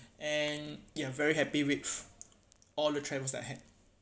and ya very happy with all the travels I had